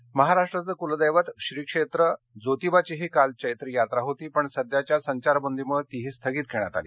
जोतिवा महाराष्ट्राचे कुलदैवत श्रीक्षेत्र जोतिबाचीही काल चैत्र यात्रा होती पण सध्याच्या संचारबंदीमुळे तीही स्थगित करण्यात आली